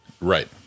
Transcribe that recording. Right